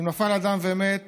"אם נפל אדם ומת